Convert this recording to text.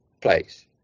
place